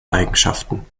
eigenschaften